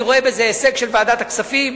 אני רואה בזה הישג של ועדת הכספים,